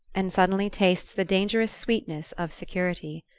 and suddenly tastes the dangerous sweetness of security.